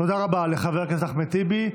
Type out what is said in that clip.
תודה רבה לחבר הכנסת אחמד טיבי.